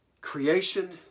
creation